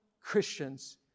Christians